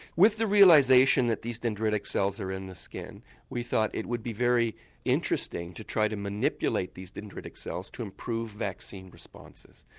with the realisation that these dendritic cells are in the skin we thought it would be very interesting to try and manipulate these dendritic cells to improve vaccine responses.